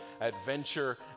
adventure